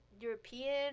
European